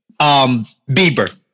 Bieber